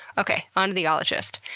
okay, onto the ologist.